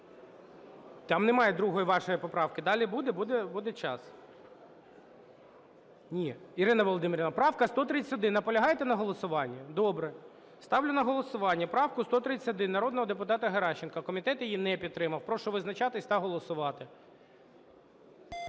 Там немає другої вашої поправки. Далі буде – буде час. Ні, Ірина Володимирівна, правка 131. Наполягаєте на голосуванні? Добре. Ставлю на голосування правку 131 народного депутата Геращенко, комітет її не підтримав. Прошу визначатися та голосувати.